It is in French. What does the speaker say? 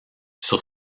sur